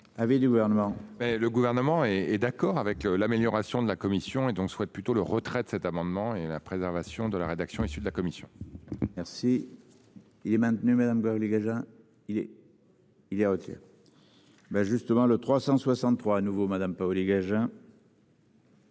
le gouvernement et et d'accord avec l'amélioration de la commission et dont souhaite plutôt le retrait de cet amendement et la préservation de la rédaction. Issue de la commission. Merci. Il est maintenu, madame Paoli-Gagin, il est. Il est. Ben justement le 363 à nouveau Madame Paoli-Gagin.